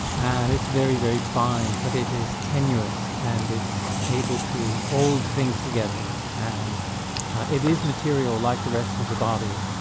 and it's very, very fine, but it is tenuous and able to hold things together and it is material like the rest of the body.